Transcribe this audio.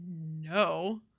no